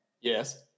Yes